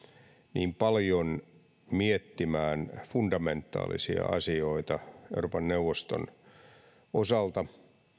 niin paljon miettimään fundamentaalisia asioita euroopan neuvoston osalta